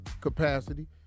capacity